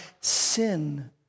sin